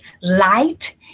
light